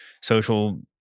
social